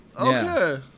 Okay